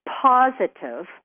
positive